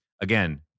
Again